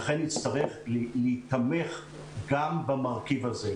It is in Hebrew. לכן נצטרך להיתמך גם במרכיב הזה.